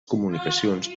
comunicacions